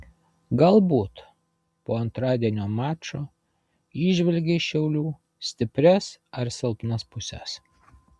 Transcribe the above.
galbūt po antradienio mačo įžvelgei šiaulių stiprias ar silpnas puses